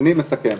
אני מסכם.